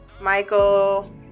Michael